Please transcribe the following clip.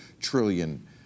trillion